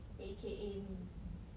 A_K_A me